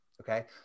Okay